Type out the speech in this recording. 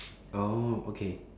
oh okay